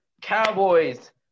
Cowboys